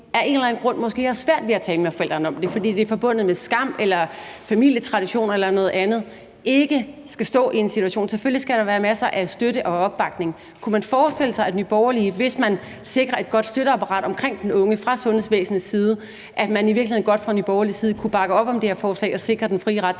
har svært ved at tale med forældrene om det, fordi det at forbundet med skam, familietraditioner eller noget andet, ikke skal stå i den situation. Selvfølgelig skal der være masser af støtte og opbakning. Kunne man forestille sig, at Nye Borgerlige, hvis man sikrer et godt støtteapparat omkring den unge fra sundhedsvæsenets side, i virkeligheden godt kan bakke op om det her og sikre den frie ret